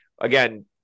again